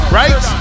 right